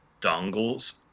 Dongles